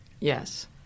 Yes